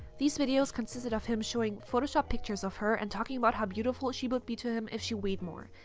these videos consisted of him showing photoshopped pictures of her and talking about how beautiful she would be to him if she weighed more.